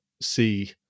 see